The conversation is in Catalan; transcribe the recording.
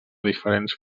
diferents